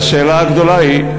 והשאלה הגדולה היא,